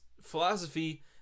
philosophy